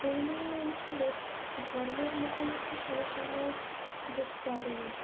পুরুলিয়া অঞ্চলের ধর্মের মুখোমুখি সমসাময়িক যে চ্যালেঞ্জ